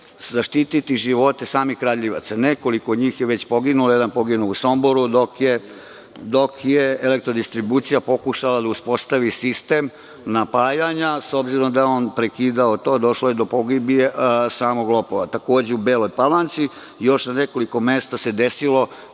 zaštiti živote samih kradljivaca. Nekoliko njih je već poginulo. Jedan je poginuo u Somboru dok je Elektrodistribucija pokušala da uspostavi sistem napajanja. S obzirom da je on prekidao to, došlo je do pogibije samog lopova. Takođe, u Beloj Palanci i u još nekoliko mesta se desilo